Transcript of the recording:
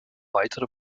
weitere